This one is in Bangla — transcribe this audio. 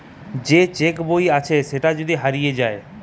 যে চেক বই আছে সেটা যদি হারিয়ে যায়